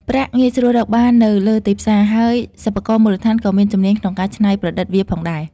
ប្រាក់ងាយស្រួលរកបាននៅលើទីផ្សារ ហើយសិប្បករមូលដ្ឋានក៏មានជំនាញក្នុងការច្នៃប្រឌិតវាផងដែរ។